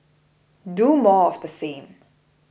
do more of the same